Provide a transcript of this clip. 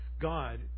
God